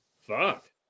Fuck